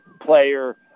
player